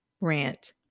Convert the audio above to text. rant